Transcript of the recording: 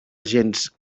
gens